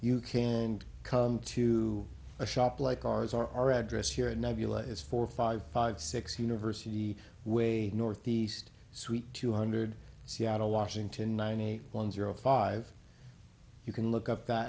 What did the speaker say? you can come to a shop like ours or our address here is four five five six university way north east suite two hundred seattle washington nine eight one zero five you can look up th